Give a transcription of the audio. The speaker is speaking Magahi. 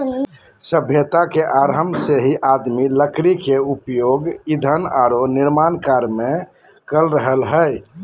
सभ्यता के आरंभ से ही आदमी लकड़ी के उपयोग ईंधन आरो निर्माण कार्य में कर रहले हें